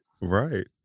right